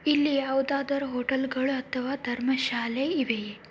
ಇಲ್ಲಿ ಯಾವುದಾದರೂ ಹೋಟೆಲ್ಗಳು ಅಥವಾ ಧರ್ಮ ಶಾಲೆ ಇವೆಯೇ